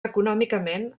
econòmicament